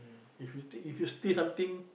if you take if you steal something